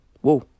Whoa